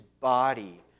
body